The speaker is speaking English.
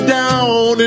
down